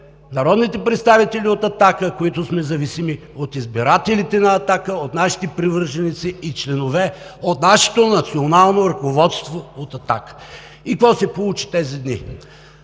народните представители от „Атака“, които сме зависими от избирателите на „Атака“, от нашите привърженици и членове, от нашето национално ръководство на „Атака“. Какво се получи тези дни?